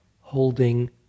holding